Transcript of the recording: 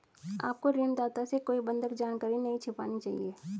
आपको ऋणदाता से कोई बंधक जानकारी नहीं छिपानी चाहिए